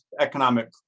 economic